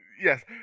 Yes